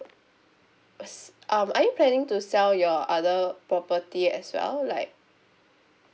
us~ um are you planning to sell your other property as well like